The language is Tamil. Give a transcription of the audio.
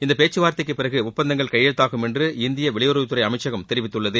இந்த பேச்சுவார்த்தைக்கு பிறகு ஒப்பந்தங்கள் கையெழுத்தாகும் என்று இந்திய வெளியுறவுத்துறை அமைச்சகம் தெரிவித்துள்ளது